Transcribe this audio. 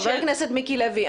חבר הכנסת מיקי לוי,